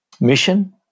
mission